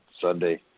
Sunday